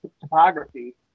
topography